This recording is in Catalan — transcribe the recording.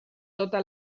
tota